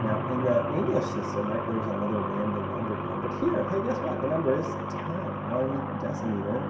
now in the english system, there is another random number here, but here, hey, guess what? the number is ten. one decimeter